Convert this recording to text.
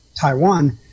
Taiwan